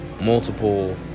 multiple